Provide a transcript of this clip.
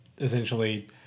essentially